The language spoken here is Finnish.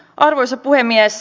arvoisa puhemies